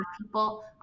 people